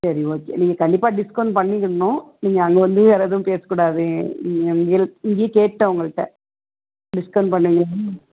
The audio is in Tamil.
சரி ஓகே நீங்கள் கண்டிப்பாக டிஸ்கவுண்ட் பண்ணிக்கணும் நீங்கள் அங்கே வந்து வேற எதுவும் பேசக் கூடாது கேட்டேன் இங்கேயே கேட்டேன் உங்கள்கிட்ட டிக்கவுண்ட் பண்ணுங்கன்னு